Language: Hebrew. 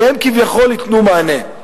שהם כביכול ייתנו מענה.